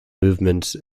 movements